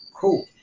cool